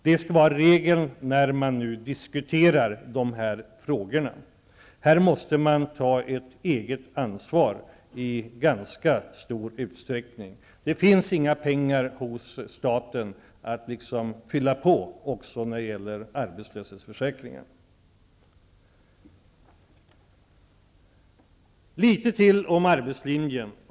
Det skall vara regel när man diskuterar de här frågorna. Här måste man ta ett eget ansvar i ganska stor utsträckning. Det finns inga pengar hos staten att fylla på med när det gäller arbetslöshetsföräkringen. Så ytterligare litet grand om arbetslinjen.